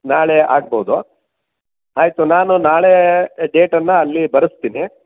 ನಾಳೆ ಆಗ್ಬೋದು ಆಯಿತು ನಾನು ನಾಳೆ ಡೇಟನ್ನು ಅಲ್ಲಿ ಬರೆಸ್ತೀನಿ